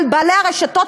על בעלי הרשתות,